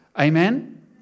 Amen